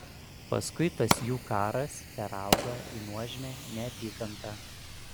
paskui tas jų karas peraugo į nuožmią neapykantą